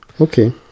Okay